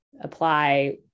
apply